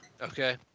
Okay